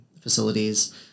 facilities